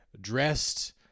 dressed